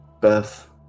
Beth